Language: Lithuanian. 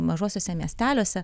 mažuosiuose miesteliuose